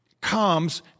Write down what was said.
comes